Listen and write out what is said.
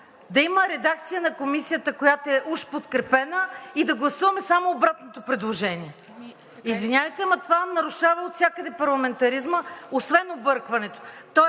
да има редакция на Комисията, която е уж подкрепена, и да гласуваме само обратното предложение. Извинявайте, но това нарушава отвсякъде парламентаризма, освен объркването.